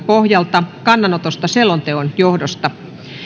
pohjalta kannanotosta selonteon johdosta